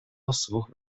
услуг